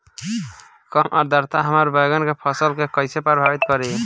कम आद्रता हमार बैगन के फसल के कइसे प्रभावित करी?